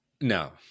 no